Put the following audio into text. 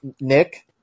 Nick